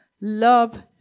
Love